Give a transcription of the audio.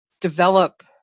develop